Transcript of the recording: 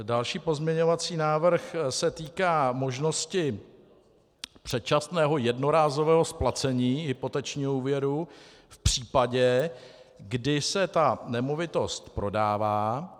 Další pozměňovací návrh se týká možnosti předčasného jednorázového splacení hypotečního úvěru v případě, kdy se ta nemovitost prodává.